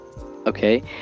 Okay